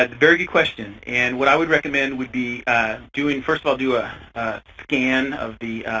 ah very question. and what i would recommend would be doing, first of all, doing a scan of the